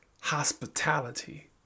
hospitality